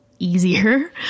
easier